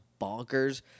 bonkers